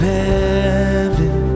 heaven